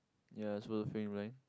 ya you supposed to fill in right